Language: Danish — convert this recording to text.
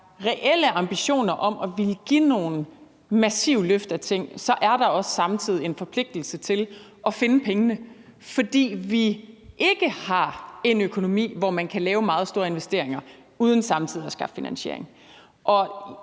er reelle ambitioner om at ville give nogle massive løft af ting, er der også samtidig en forpligtelse til at finde pengene, fordi vi ikke har en økonomi, hvor man kan lave meget store investeringer uden samtidig at skaffe finansiering.